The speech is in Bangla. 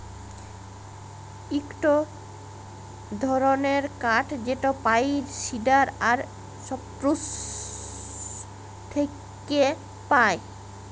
ইকটো ধরণের কাঠ যেটা পাইন, সিডার আর সপ্রুস থেক্যে পায়